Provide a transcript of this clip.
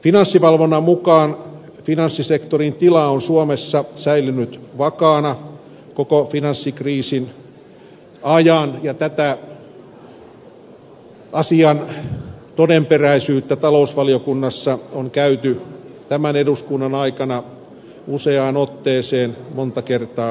finanssivalvonnan mukaan finanssisektorin tila on suomessa säilynyt vakaana koko finanssikriisin ajan ja tämän asian todenperäisyyttä talousvaliokunnassa on käyty tämän eduskunnan aikana useaan otteeseen monta kertaa läpi